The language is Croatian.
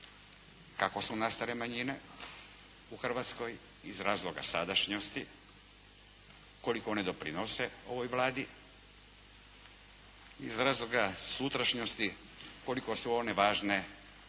kako su nastale manjine u Hrvatskoj, iz razloga sadašnjosti koliko one doprinose ovoj Vladi, iz razloga sutrašnjosti koliko su one važne